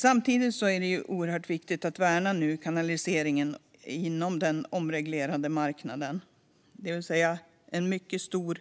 Samtidigt är det oerhört viktigt att värna kanaliseringen inom den omreglerade marknaden, det vill säga att en mycket stor